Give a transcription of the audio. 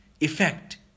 effect